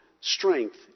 strength